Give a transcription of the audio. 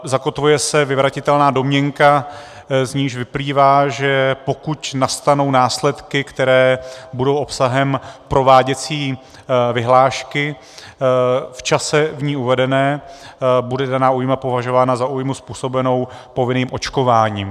Zakotvuje se vyvratitelná domněnka, z níž vyplývá, že pokud nastanou následky, které budou obsahem prováděcí vyhlášky, v čase v ní uvedená, bude daná újma považována za újmu způsobenou povinným očkováním.